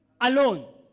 alone